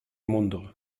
mundo